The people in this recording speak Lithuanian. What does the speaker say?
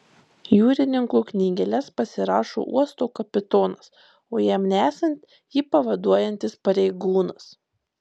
jūrininko knygeles pasirašo uosto kapitonas o jam nesant jį pavaduojantis pareigūnas